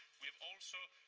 we have also